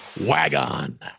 WagOn